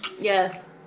Yes